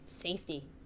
Safety